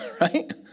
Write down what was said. Right